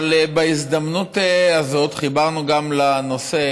אבל בהזדמנות הזאת חיברנו לנושא